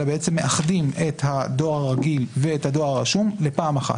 אלא מאחדים את הדואר הרגיל ואת הדואר הרשום לפעם אחת.